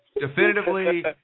Definitively